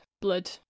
blood